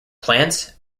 plants